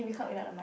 ya I think cause